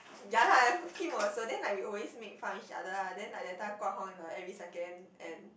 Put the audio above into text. ya lah Kim also then like we always make fun of each other lah then like that time Guang-Hong in the every second and